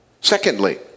Secondly